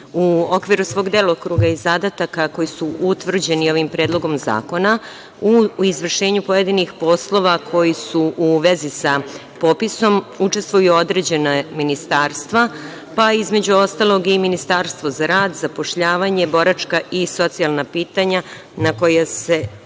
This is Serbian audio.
u okviru svog delokruga i zadataka koji su utvrđeni ovim predlogom zakona u izvršenju pojedinih poslova koji su u vezi sa popisom učestvuju određena ministarstva, pa između ostalog i Ministarstvo za rad, zapošljavanje, boračka i socijalna pitanja na koja se odnosi